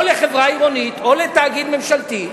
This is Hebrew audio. או לחברה עירונית, או לתאגיד ממשלתי,